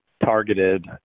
targeted